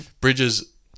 Bridges